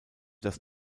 das